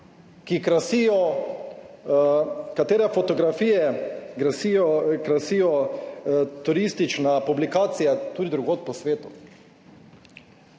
ki krasijo, katere fotografije krasijo turistične publikacija tudi drugod po svetu